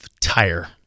tire